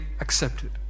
accepted